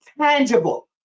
tangible